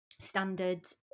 standards